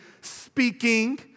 speaking